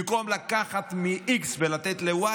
במקום לקחת מ-x ולתת ל-y,